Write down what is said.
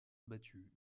abattus